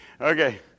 Okay